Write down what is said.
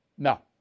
No